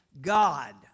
God